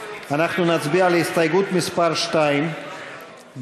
אנחנו נצביע על הסתייגות מס' 2 בעמוד